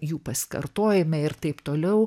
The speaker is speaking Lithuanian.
jų pasikartojime ir taip toliau